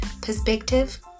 perspective